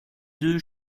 deux